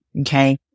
Okay